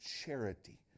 charity